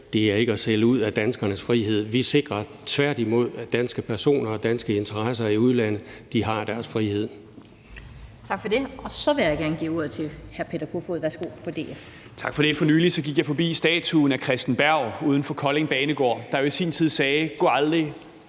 Det er ikke at sælge ud af danskernes frihed. Vi sikrer tværtimod, at danske personer og danske interesser i udlandet har deres frihed.